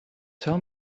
tell